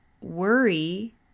worry